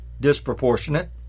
disproportionate